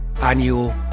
annual